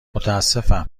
متاسفم